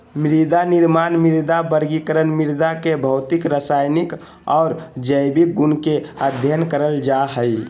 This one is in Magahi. मृदानिर्माण, मृदा वर्गीकरण, मृदा के भौतिक, रसायनिक आर जैविक गुण के अध्ययन करल जा हई